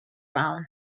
round